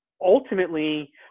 ultimately